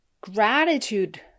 Gratitude